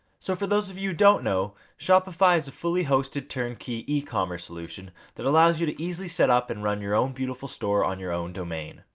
so, for those of you who don't know, shopify is a fully hosted, turnkey, ecommerce solution that allows you to easily setup and run your own beautiful store on your own domain.